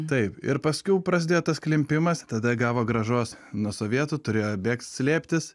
taip ir paskiau prasidėjo tas klimpimas tada gavo grąžos nuo sovietų turėjo bėgt slėptis